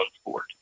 sport